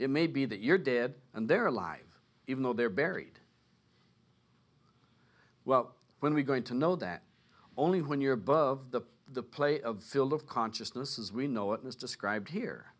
it may be that you're dead and they're alive even though they're buried well when we going to know that only when you're above the the play of field of consciousness as we know it was described here